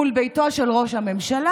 מול ביתו של ראש הממשלה